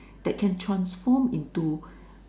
that can transform into